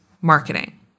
marketing